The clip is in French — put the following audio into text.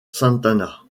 santana